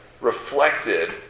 reflected